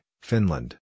Finland